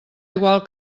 igual